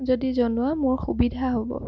যদি জনোৱা মোৰ সুবিধা হ'ব